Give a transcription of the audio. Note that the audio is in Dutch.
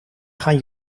gaan